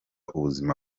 ubuzima